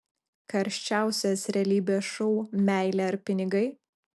karščiausias realybės šou meilė ar pinigai